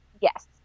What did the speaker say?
Yes